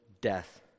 death